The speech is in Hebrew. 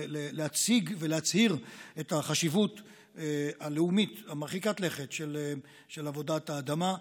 להציג ולהצהיר את החשיבות הלאומית מרחיקת הלכת של עבודת האדמה.